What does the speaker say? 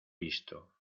visto